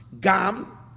Gam